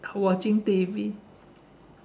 watching T_V